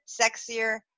sexier